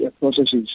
processes